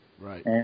Right